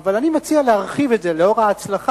אבל אני מציע להרחיב את זה, לאור ההצלחה,